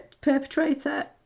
perpetrator